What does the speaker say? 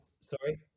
sorry